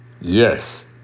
Yes